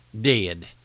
dead